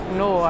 no